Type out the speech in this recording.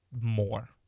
more